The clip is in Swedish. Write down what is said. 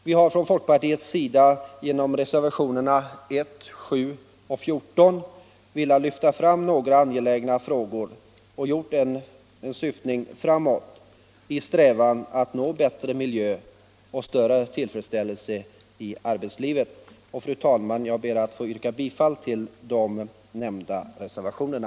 Vi har från folkpartiets sida genom reservationerna 1, 7 och 14 velat lyfta fram några angelägna frågor och gjort en syftning framåt i strävan att uppnå bättre miljö och större tillfredsställelse i arbetslivet. Fru talman! Jag ber att få yrka bifall till de nämnda reservationerna.